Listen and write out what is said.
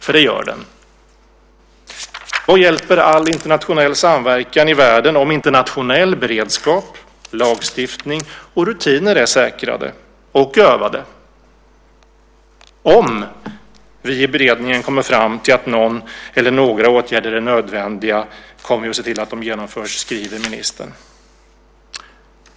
För det gör den. Vad hjälper all internationell samverkan i världen om inte nationell beredskap, lagstiftning och rutiner är säkrade och övade? Om vi i beredningen kommer fram till att någon eller några åtgärder är nödvändiga kommer vi att se till att de genomförs, skriver ministern.